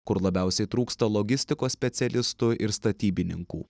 kur labiausiai trūksta logistikos specialistų ir statybininkų